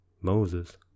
Moses